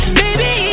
baby